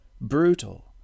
brutal